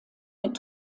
mit